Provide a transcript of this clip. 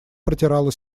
протирала